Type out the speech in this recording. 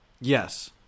Yes